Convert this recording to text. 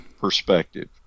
perspective